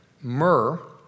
myrrh